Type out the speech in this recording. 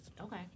Okay